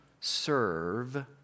serve